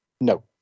No